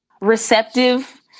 receptive